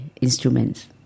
instruments